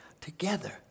Together